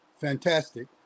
fantastic